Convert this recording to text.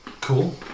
Cool